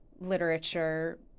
literature